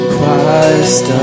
Christ